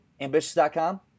Ambitious.com